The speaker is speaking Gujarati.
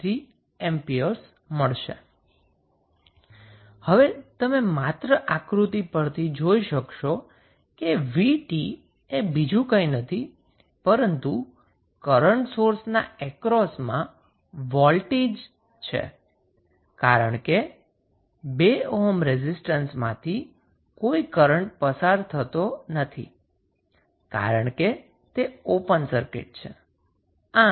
Vth 22 હવે તમે માત્ર આકૃતિ પરથી જોઈ શક્શો કે 𝑉𝑇 એ બીજું કંઈ નથી પરંતુ કરન્ટ સોર્સના અક્રોસમાં વોલ્ટેજ ટર્મિનલ છે કારણ કે 2 ઓહ્મ રેઝિસ્ટન્સમાંથી કોઇ કરન્ટ પસાર થતો નથી કારણ કે તે ઓપન સર્કિટ છે